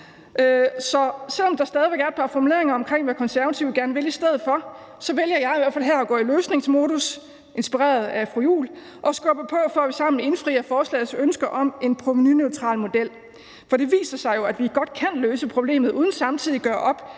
så selv om der stadig væk er et par formuleringer om, hvad Konservative gerne vil i stedet for, vælger jeg i hvert fald her at gå i løsningsmodus, inspireret af fru Mona Juul, og skubber på for, at vi sammen indfrier forslagets ønske om en provenuneutral model. For det viser sig jo, at vi godt kan løse problemet uden samtidig at gøre op